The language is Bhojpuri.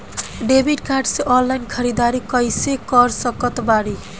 डेबिट कार्ड से ऑनलाइन ख़रीदारी कैसे कर सकत बानी?